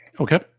Okay